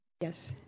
Yes